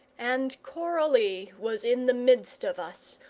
and coralie was in the midst of us,